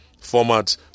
formats